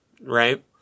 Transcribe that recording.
Right